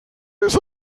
ist